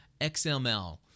XML